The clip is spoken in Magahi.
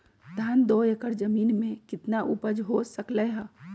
धान दो एकर जमीन में कितना उपज हो सकलेय ह?